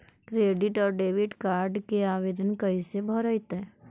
Credit और debit card के आवेदन कैसे भरैतैय?